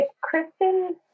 Kristen